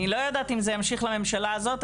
אני לא יודעתי אם זה ימשיך לממשלה הזאת,